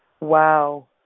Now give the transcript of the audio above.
Wow